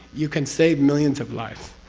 you can save millions of lives.